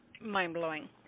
Mind-blowing